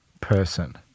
Person